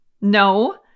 no